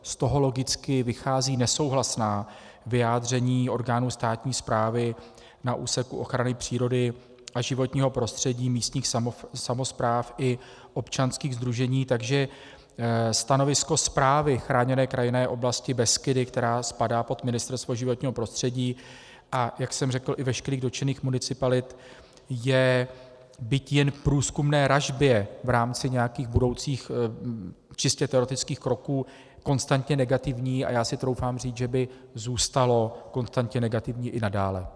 Z toho logicky vychází nesouhlasná vyjádření orgánů státní správy na úseku ochrany přírody a životního prostředí, místních samospráv i občanských sdružení, takže stanovisko Správy chráněné krajinné oblasti Beskydy, která spadá pod Ministerstvo životního prostředí, a jak jsem řekl, i veškerých dotčených municipalit je byť jen k průzkumné ražbě v rámci nějakých budoucích čistě teoretických kroků konstantně negativní a já si troufám říci, že by zůstalo konstantně negativní i nadále.